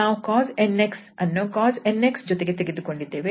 ನಾವು cos 𝑛𝑥 ಅನ್ನು cos 𝑛𝑥 ಜೊತೆಗೆ ತೆಗೆದುಕೊಂಡಿದ್ದೇವೆ